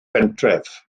bentref